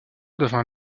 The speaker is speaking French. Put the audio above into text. devient